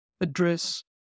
address